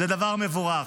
היא דבר מבורך.